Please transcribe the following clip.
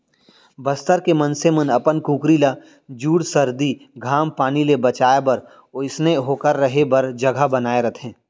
बस्तर के मनसे मन अपन कुकरी ल जूड़ सरदी, घाम पानी ले बचाए बर ओइसनहे ओकर रहें बर जघा बनाए रथें